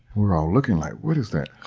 we're all looking like, what is that?